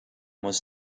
was